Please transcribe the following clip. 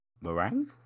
meringue